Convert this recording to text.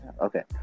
Okay